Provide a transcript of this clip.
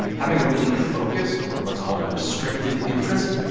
having a really focused or what's called a restricted interest,